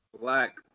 Black